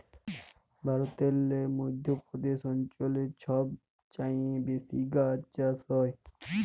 ভারতেল্লে মধ্য প্রদেশ অঞ্চলে ছব চাঁঁয়ে বেশি গাহাচ চাষ হ্যয়